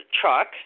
truck